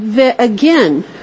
again